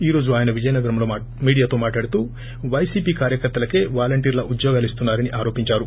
ఈ రోజు ఆయన విజయన్గరంలో మీడియాతో మాట్లాడుతూ వైసీపీ కార్యకర్తలకే వాలంటీర్ల ఉద్యోగాలిస్తున్నారని ఆరోపించారు